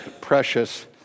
precious